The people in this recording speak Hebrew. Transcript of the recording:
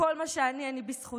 וכל מה שאני, אני בזכותה,